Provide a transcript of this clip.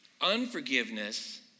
Unforgiveness